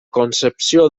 concepció